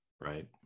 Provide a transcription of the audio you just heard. right